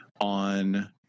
on